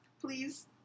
please